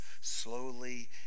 slowly